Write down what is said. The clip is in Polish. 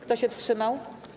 Kto się wstrzymał?